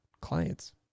clients